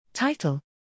Title